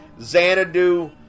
Xanadu